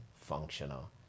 functional